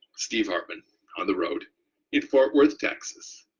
steve hartman on the road in fort worth, texas.